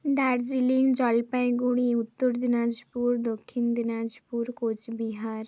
Darjeeling Jalpaiguri Uttar Dinajpur Dakshin Dinajpur Cooch Behar